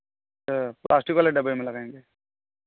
हाँ प्लास्टिक वाले डब्बे में लगाएँगे